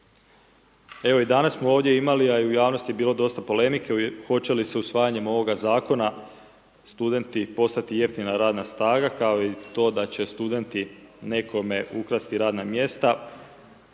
Evo i danas smo ovdje imali, a i javnosti je bilo dosta polemike, hoće li se usvajanjem ovoga zakona, studenti, postati jeftina radna snaga, kao i to da će studenti nekome ukrasti radna mjesta